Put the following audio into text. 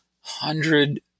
hundred